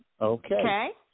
Okay